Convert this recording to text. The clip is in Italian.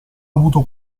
avuto